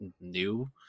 new